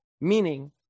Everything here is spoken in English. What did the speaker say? meaning